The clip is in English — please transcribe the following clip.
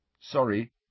Sorry